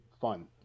fun